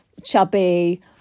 chubby